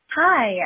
Hi